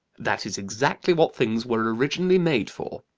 that is exactly what things were originally made for.